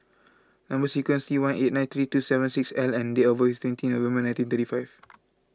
Number Sequence is T one eight nine three two seven six L and date of birth is twenty November nineteen thirty five